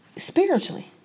Spiritually